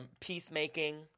peacemaking